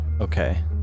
Okay